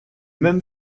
même